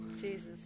Jesus